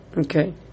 Okay